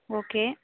okay